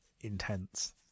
intense